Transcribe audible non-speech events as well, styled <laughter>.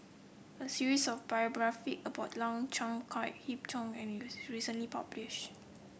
a series of biography about Lau Chiap Khai Yip Cheong <unintelligible> recently published